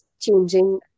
changing